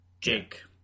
Jake